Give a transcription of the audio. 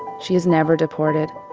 she is never deported.